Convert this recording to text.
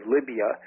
Libya